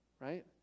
right